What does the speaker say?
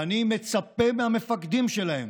ואני מצפה מהמפקדים שלהם